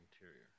interior